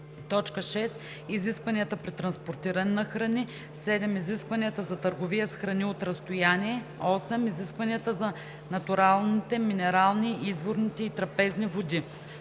храни; 6. изискванията при транспортиране на храни; 7. изискванията за търговия с храни от разстояние; 8. изискванията за натуралните минерални, изворните и трапезните води;